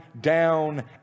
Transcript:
down